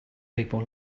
people